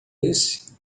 esse